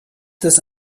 des